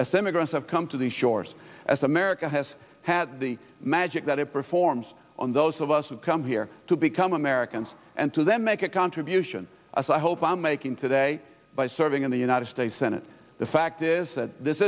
as immigrants have come to the shores as america has had the magic that it performs on those of us who come here to become americans and to then make a contribution as i hope i am making today by serving in the united states senate the fact is that this